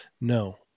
No